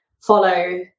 follow